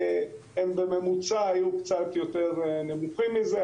הם היו בממוצע קצת יותר נמוכים מזה.